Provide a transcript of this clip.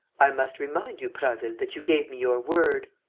i must remind you, prasville, that you gave me your word.